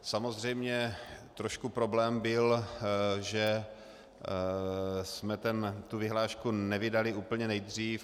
Samozřejmě trošku problém byl, že jsme tu vyhlášku nevydali úplně nejdřív.